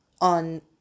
on